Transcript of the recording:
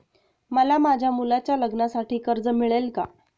मला माझ्या मुलाच्या लग्नासाठी कर्ज मिळेल का?